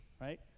right